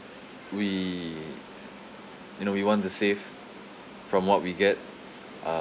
we you know we want to save from what we get uh